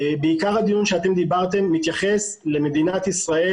עיקר הדיון שדיברתם מתייחס למדינת ישראל,